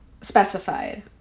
specified